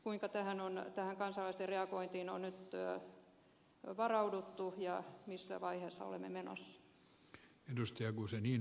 kuinka tähän kansalaisten reagointiin on nyt varauduttu ja missä vaiheessa olemme menossa